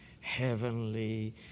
heavenly